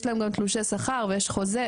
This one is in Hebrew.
יש להם גם תלושי שכר ויש חוזה,